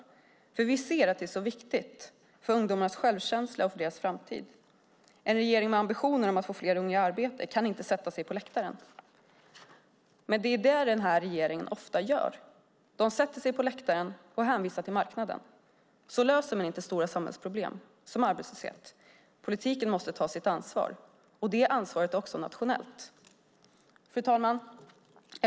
Vi ser nämligen att det är så viktigt för ungdomarnas självkänsla och för deras framtid. En regering med ambitioner om att få fler unga i arbete kan inte sätta sig på läktaren. Men det är det som denna regering ofta gör. Man sätter sig på läktaren och hänvisar till marknaden. Så löser man inte stora samhällsproblem som arbetslöshet. Politiken måste ta sitt ansvar, och det ansvaret är också nationellt. Fru talman!